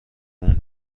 اون